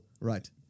right